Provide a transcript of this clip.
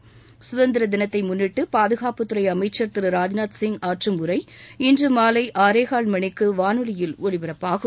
முன்னிட்டு சுதந்திர தினத்தை பாதுகாப்புத்துறை அமைச்சர் திரு ராஜ்நாத்சிங் ஆற்றும் உரை இன்று மாலை ஆறேகால் மணிக்கு வானொலியில் ஒலிபரப்பாகும்